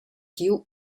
giu